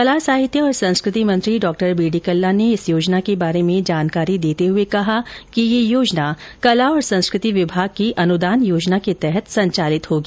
कला साहित्य और संस्कृति मंत्री डॉ बी डी कल्ला ने इस योजना के बारे में जानकारी देते हुए कहा कि यह योजना कला और संस्कृति विभाग की अनुदान योजना के तहत संचालित होगी